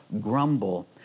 grumble